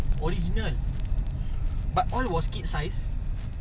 sekali dia keluarkan yang centre lace punya aku try [pe] sedap sia